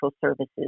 services